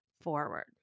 forward